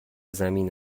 زمین